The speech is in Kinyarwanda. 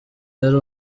ari